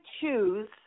choose